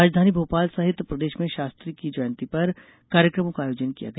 राजधानी भोपाल सहित प्रदेश में शास्त्री की जयंती पर कार्यक्रमों का आयोजन किया गया